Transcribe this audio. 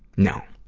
no,